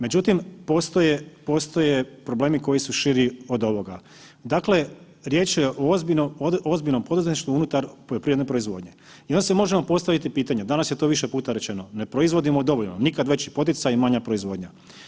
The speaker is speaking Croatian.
Međutim, postoje problemi koji su širi od ovoga, dakle riječ je o ozbiljnom poduzetništvu unutar poljoprivredne proizvodnje i onda si možemo postaviti pitanje, danas je to više puta rečeno, ne proizvodimo dovoljno, nikad veći poticaj manja proizvodnja.